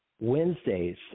Wednesdays